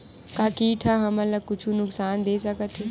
का कीट ह हमन ला कुछु नुकसान दे सकत हे?